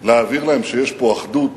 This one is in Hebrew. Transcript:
להבהיר להם שיש פה אחדות,